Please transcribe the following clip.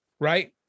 Right